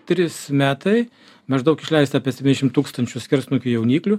trys metai maždaug išleista apie septyniasdešim tūkstančių skersnukių jauniklių